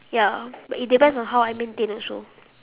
ya but it depends on how I maintain also